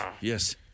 Yes